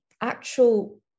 actual